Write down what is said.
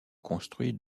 construit